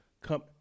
come